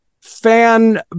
fan